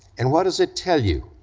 and what does it tell you?